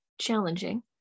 challenging